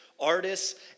artists